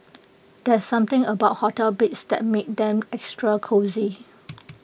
there's something about hotel beds that makes them extra cosy